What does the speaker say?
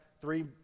three